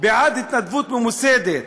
בעד התנדבות ממוסדת,